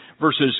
verses